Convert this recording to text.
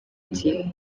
gihe